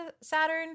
Saturn